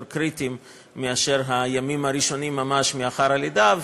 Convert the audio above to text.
קריטיים מהימים הראשונים ממש לאחר הלידה,